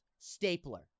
Stapler